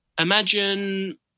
imagine